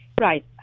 Right